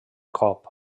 cop